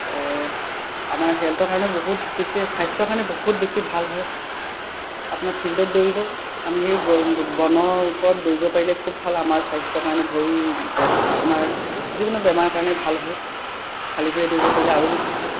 আমাৰ হেল্থৰ কাৰণে বহুত বেছি স্বাস্থ্যৰ কাৰণে বহুত বেছি ভাল হয় আপোনাৰ ফিল্ডত দৌৰিলেও আমি সেই বনৰ ওপৰত দৌৰিব পাৰিলে খুব ভাল আমাৰ স্বাস্থ্যৰ কাৰণে ভৰি আপোনাৰ যিকোনো বেমাৰৰ কাৰণে ভাল হয় খালী ভৰিৰে দৌৰিব পাৰিলে আৰু বেছি ভাল